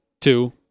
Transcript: Two